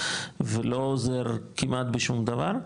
ולא עוזר כמעט בשום דבר.